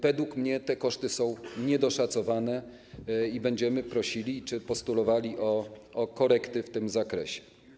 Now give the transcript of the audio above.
Według mnie te koszty są niedoszacowane i będziemy prosili czy postulowali o korekty w tym zakresie.